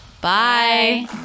Bye